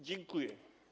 Dziękuję.